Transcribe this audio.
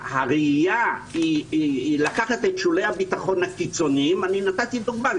הראייה היא לקחת את שולי הביטחון הקיצוניים נתתי דוגמה,